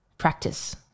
practice